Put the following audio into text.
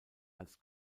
als